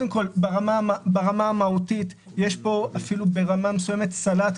יש פה אפילו ברמה מסוימת סלט,